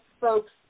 folks